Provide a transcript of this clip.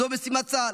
זו משימת צה"ל.